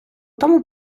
тому